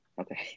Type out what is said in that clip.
Okay